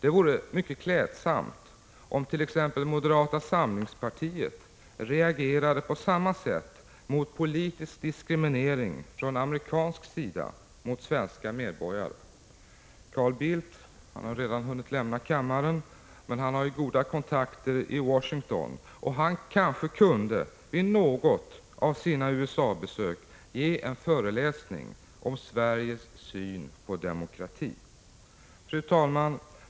Det vore mycket klädsamt, om t.ex. moderata samlingspartiet reagerade på samma sätt mot politisk diskriminering från amerikansk sida mot svenska medborgare. Carl Bildt har redan hunnit lämna kammaren, men han har ju goda kontakter i Washington och han kanske vid något av sina USA-besök kunde ge en föreläsning om Sveriges syn på demokrati. Fru talman!